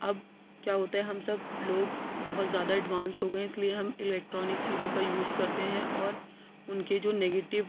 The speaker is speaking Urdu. اب کیا ہوتا ہے ہم سب لوگ بہت زیادہ اڈوانس ہو گئے ہیں اسلئے ہم الیکٹرانک چیزوں کا یوز کرتے ہیں اور اُن کے جو نگیٹیو